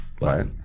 Right